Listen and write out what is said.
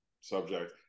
subject